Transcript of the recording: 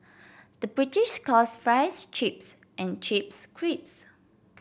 the British calls fries chips and chips cripes